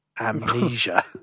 amnesia